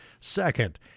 second